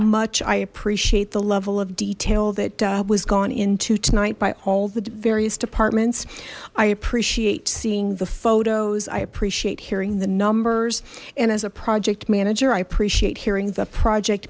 much i appreciate the level of detail that was gone into tonight by all the various departments i appreciate seeing the photos i appreciate hearing the numbers and as a project manager i appreciate hearing the project